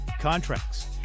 contracts